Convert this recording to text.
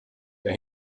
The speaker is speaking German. der